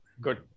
Good